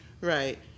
Right